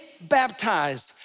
baptized